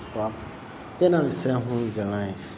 spot તેના વિષે હું જણાવીશ